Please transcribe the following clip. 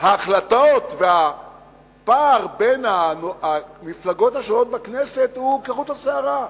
ההחלטות והפער בין המפלגות השונות בכנסת הוא כחוט השערה,